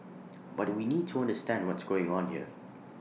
but we need to understand what's going on here